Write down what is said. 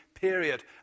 period